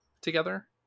together